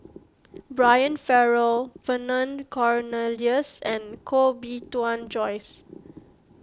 Brian Farrell Vernon Cornelius and Koh Bee Tuan Joyce